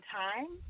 time